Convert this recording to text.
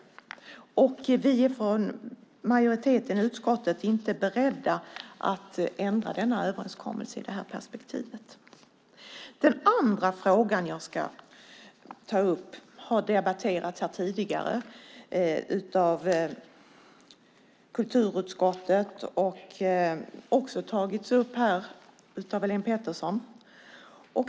Majoriteten i utskottet är i det perspektivet inte beredd att ändra denna överenskommelse. Den andra fråga jag ska ta upp har debatterats tidigare av kulturutskottet och även tagits upp av Helene Petersson.